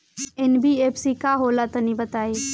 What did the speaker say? NBFC का होला तनि बताई?